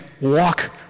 walk